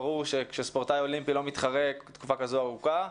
ברור שכשספורטאי אולימפי לא מתחרה תקופה כזאת ארוכה,